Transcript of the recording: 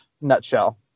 nutshell